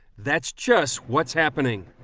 that's just what's happening.